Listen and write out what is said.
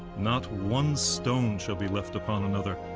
not one stone shall be left upon another,